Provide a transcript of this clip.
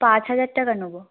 পাঁচ হাজার টাকা নেব